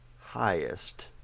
highest